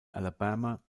alabama